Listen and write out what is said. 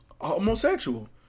Homosexual